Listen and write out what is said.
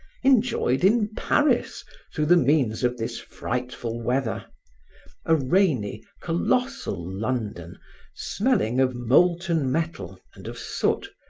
enjoyed in paris through the means of this frightful weather a rainy, colossal london smelling of molten metal and of soot,